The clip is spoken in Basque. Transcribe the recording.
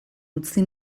utzi